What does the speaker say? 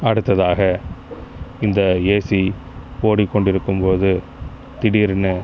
அடுத்ததாக இந்த ஏசி ஓடிக்கொண்டு இருக்கும்போது திடீர்ன்னு